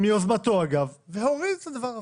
מיוזמתו והוריד את הדבר הזה.